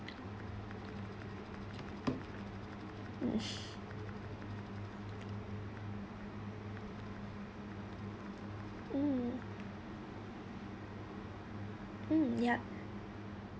mm mm yup